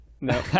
No